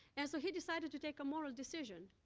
and so, he decided to take a moral decision.